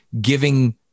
giving